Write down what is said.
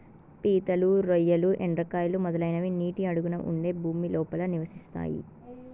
పీతలు, రొయ్యలు, ఎండ్రకాయలు, మొదలైనవి నీటి అడుగున ఉండే భూమి లోపల నివసిస్తాయి